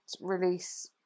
release